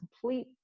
complete